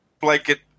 blanket